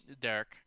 Derek